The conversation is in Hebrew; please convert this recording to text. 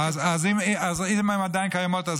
אז הן עדיין קיימות.